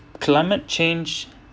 climate change